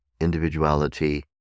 individuality